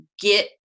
get